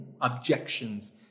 objections